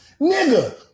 nigga